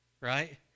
right